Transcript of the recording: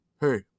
Hey